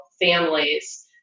families